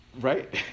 right